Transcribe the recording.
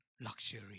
luxury